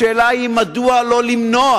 השאלה היא מדוע לא למנוע,